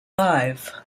five